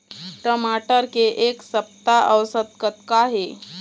टमाटर के एक सप्ता औसत कतका हे?